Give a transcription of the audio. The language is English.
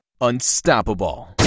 unstoppable